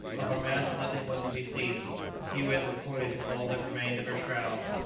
of her masts nothing was to be seen a few ends of cordage were all that remained of her shrouds,